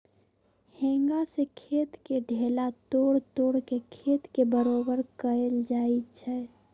हेंगा से खेत के ढेला तोड़ तोड़ के खेत के बरोबर कएल जाए छै